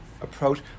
approach